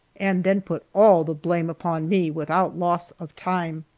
and then put all the blame upon me, without loss of time.